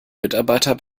mitarbeiter